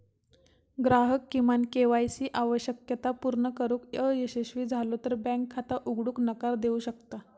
ग्राहक किमान KYC आवश्यकता पूर्ण करुक अयशस्वी झालो तर बँक खाता उघडूक नकार देऊ शकता